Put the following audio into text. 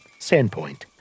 Sandpoint